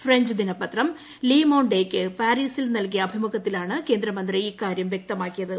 French ദിനപത്രം ലി മോൻഡെയ്ക്ക് പാരീസിൽ നല്കിയ അഭിമുഖത്തിലാണ് കേന്ദ്രമന്ത്രി ഇക്കാര്യം വ്യക്തമാക്കിയത്